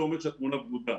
לא אומר שהתמונה ורודה.